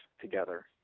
together